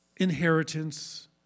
inheritance